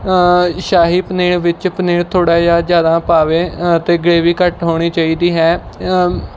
ਸ਼ਾਹੀ ਪਨੀਰ ਵਿੱਚ ਪਨੀਰ ਥੋੜ੍ਹਾ ਜਿਹਾ ਜ਼ਿਆਦਾ ਪਾਵੇ ਅਤੇ ਗ੍ਰੇਵੀ ਘੱਟ ਹੋਣੀ ਚਾਹੀਦੀ ਹੈ